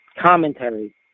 commentary